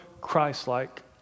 Christ-like